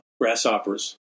grasshoppers